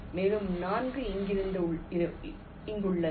மேலும் 4 இங்கிருந்து இங்குள்ளது